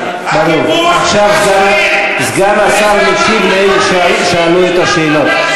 עכשיו סגן השר ישיב לאלה שעלו ושאלו את השאלות.